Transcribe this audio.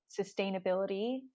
sustainability